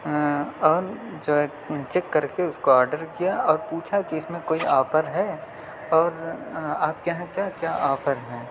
اور جو ہے چیک کرکے اس کو آڈر کیا اور پوچھا کہ اس میں کوئی آفر ہے اور آپ کے یہاں کیا کیا آفر ہیں